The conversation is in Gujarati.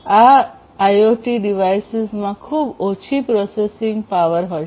આ આઇઓટી ડિવાઇસીસમાં ખૂબ ઓછી પ્રોસેસિંગ પાવર હશે